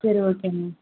சரி ஓகேம்மா